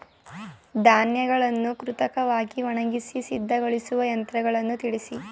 ಧಾನ್ಯಗಳನ್ನು ಕೃತಕವಾಗಿ ಒಣಗಿಸಿ ಸಿದ್ದಗೊಳಿಸುವ ಯಂತ್ರಗಳನ್ನು ತಿಳಿಸಿ?